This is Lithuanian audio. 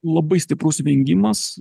labai stiprus vengimas